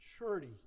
maturity